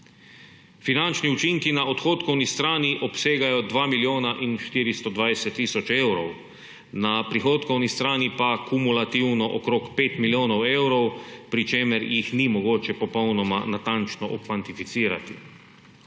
Finančni učinki na odhodkovni strani obsegajo 2 milijona in 420 tisoč evrov, na prihodkovni strani pa kumulativno okrog 5 milijonov evrov, pri čemer jih ni mogoče popolnoma natančna okvantificirati.